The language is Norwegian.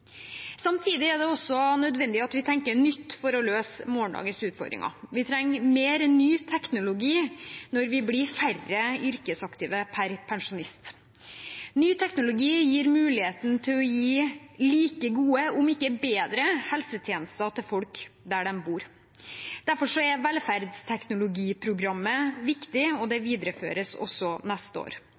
Samtidig er det også nødvendig at vi tenker nytt for å løse morgendagens utfordringer. Vi trenger mer ny teknologi når vi blir færre yrkesaktive per pensjonist. Ny teknologi gir muligheten til å gi like gode, om ikke bedre, helsetjenester til folk der de bor. Derfor er velferdsteknologiprogrammet viktig, og det videreføres også neste år.